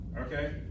Okay